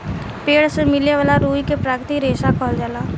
पेड़ से मिले वाला रुई के प्राकृतिक रेशा कहल जाला